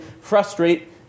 frustrate